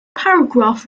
paragraph